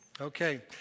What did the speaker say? Okay